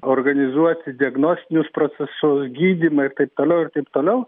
organizuoti diagnostinius procesus gydymą ir taip toliau ir taip toliau